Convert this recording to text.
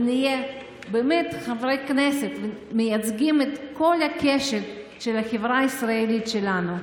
ונהיה באמת חברי כנסת שמייצגים את כל הקשת של החברה הישראלית שלנו,